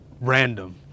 random